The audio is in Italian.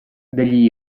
degli